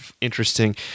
interesting